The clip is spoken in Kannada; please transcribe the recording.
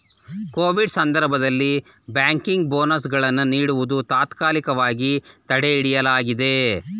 ಕೋವಿಡ್ ಸಂದರ್ಭದಲ್ಲಿ ಬ್ಯಾಂಕಿಂಗ್ ಬೋನಸ್ ಗಳನ್ನು ನೀಡುವುದನ್ನು ತಾತ್ಕಾಲಿಕವಾಗಿ ತಡೆಹಿಡಿಯಲಾಗಿದೆ